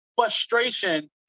frustration